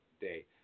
day